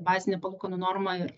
bazine palūkanų norma ir